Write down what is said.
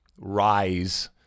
rise